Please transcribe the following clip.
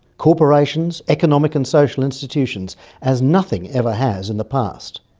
corporations, economic and social institutions as nothing ever has in the past.